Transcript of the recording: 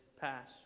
pass